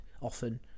often